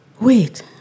wait